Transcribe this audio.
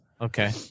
Okay